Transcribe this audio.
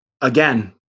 again